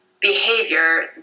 behavior